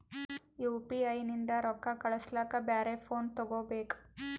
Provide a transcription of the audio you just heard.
UPI ನಿಂದ ರೊಕ್ಕ ಕಳಸ್ಲಕ ಬ್ಯಾರೆ ಫೋನ ತೋಗೊಬೇಕ?